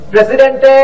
President